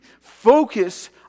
focus